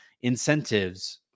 incentives